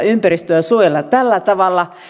ympäristöä suojella tällä tavalla